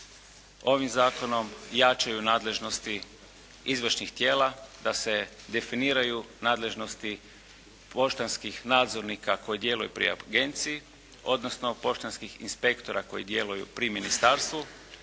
ovim Zakonom jačaju nadležnosti izvršnih tijela, da se definiraju nadležnosti poštanskih nadzornika koji djeluju pri Agenciji, odnosno poštanskih inspektora koji djeluju pri ministarstvu,